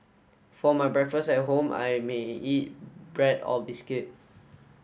for my breakfast at home I may eat bread or biscuit